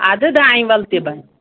اَدٕ دانہِ وَل تہِ بَنہِ